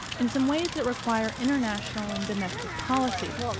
in some ways that require international and domestic policy.